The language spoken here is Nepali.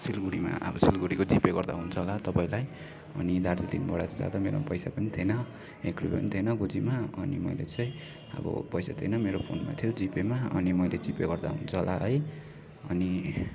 सिलगढीमा अब सिलगढीको जिपे गर्दा हुन्छ होला तपाईँलाई अनि दार्जिलिङबाट चाहिँ जाँदा मेरोमा पैसा पनि थिएन एक रुपियाँ पनि थिएन गोजीमा अनि मैले चाहिँ अब पैसा थिएन मेरो फोनमा थियो जिपेमा अनि मैले जिपे गर्दा हुन्छ होला है अनि